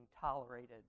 tolerated